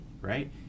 right